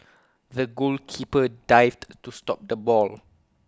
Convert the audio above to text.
the goalkeeper dived to stop the ball